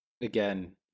again